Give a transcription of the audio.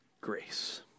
grace